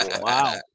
Wow